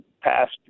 passed